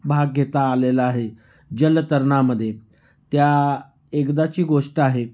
भाग घेता आलेला आहे जलतरणामध्ये त्या एकदाची गोष्ट आहे